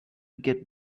get